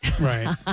right